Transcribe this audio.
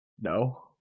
No